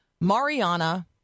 Mariana